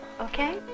okay